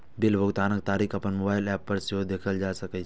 bill भुगतानक तारीख अपन मोबाइल एप पर सेहो देखल जा सकैए